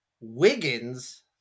Wiggins